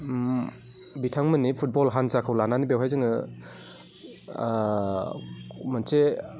बिथांमोननि फुटबल हान्जाखौ लानानै बेवहाय जोङो मोनसे